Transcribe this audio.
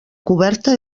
coberta